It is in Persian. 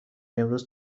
امروز